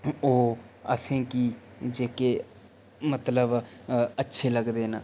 ओह् असेंगी जेह्के मतलब अच्छे लगदे न